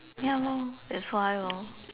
ya lor that's why lor